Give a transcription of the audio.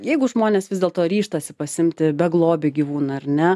jeigu žmonės vis dėlto ryžtasi pasiimti beglobį gyvūną ar ne